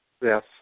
Yes